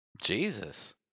Jesus